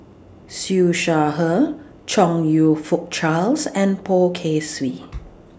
Siew Shaw Her Chong YOU Fook Charles and Poh Kay Swee